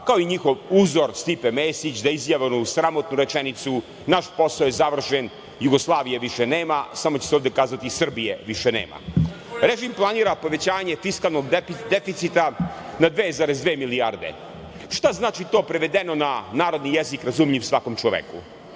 kao njihov uzor Stipe Mesić da izjave onu sramotnu rečenicu – naš posao je završen, Jugoslavije više nema, samo će se ovde kazati Srbije više nema. Režim planira povećanje fiskalnog deficita na 2,2 milijarde. Šta znači to prevedeno na narodni jezik razumljiv svakom čoveku?